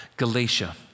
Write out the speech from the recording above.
Galatia